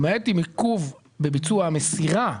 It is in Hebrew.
למעט אם עיכוב בביצוע המסירה,